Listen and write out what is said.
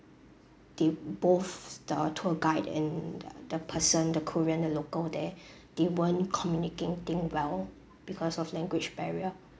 they both the tour guide and the person the korean the local there they weren't communicating well because of language barrier